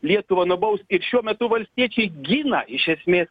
lietuvą nubaust ir šiuo metu valstiečiai gina iš esmės